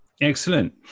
Excellent